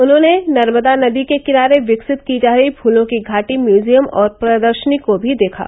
उन्होंने नर्मदा नदी के किनारे विकसित की जा रही फूलों की घांटी म्यूजियम और प्रदर्शनी को भी देखा